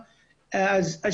מתוך